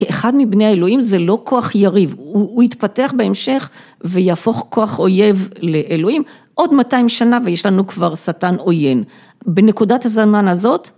אחד מבני האלוהים זה לא כוח יריב, הוא יתפתח בהמשך ויהפוך כוח אויב לאלוהים. עוד 200 שנה ויש לנו כבר שטן עוין. בנקודת הזמן הזאת